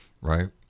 right